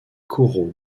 coraux